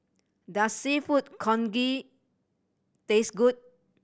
does Seafood Congee taste good